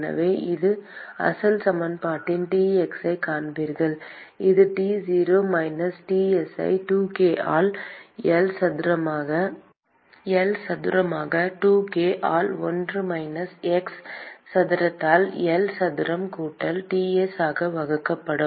எனவே அசல் சமன்பாட்டில் Tx ஐக் காண்பீர்கள் இது T 0 மைனஸ் Ts ஐ 2k ஆல் L சதுரமாக L சதுரமாக 2k ஆல் 1 மைனஸ் x சதுரத்தால் L சதுரம் கூட்டல் Ts ஆக வகுக்கப்படும்